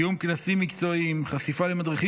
קיום כנסים מקצועיים וחשיפה למדריכים